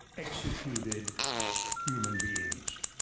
executed human beings.